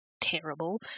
terrible